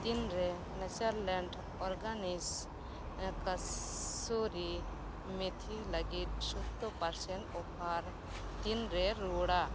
ᱛᱤᱱ ᱨᱮ Natureland organics ᱠᱟᱥᱩᱨᱤ ᱢᱮᱛᱷᱤ ᱞᱟᱹᱜᱤᱜ ᱥᱳᱛᱛᱳᱨ ᱯᱟᱨᱥᱮᱱᱴ ᱚᱯᱷᱟᱨ ᱛᱤᱱ ᱨᱮ ᱨᱩᱣᱟᱹᱲᱟ